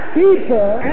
people